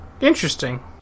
Interesting